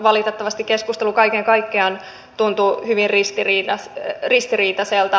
valitettavasti keskustelu kaiken kaikkiaan tuntuu hyvin ristiriitaiselta